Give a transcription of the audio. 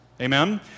Amen